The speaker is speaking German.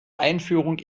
einführung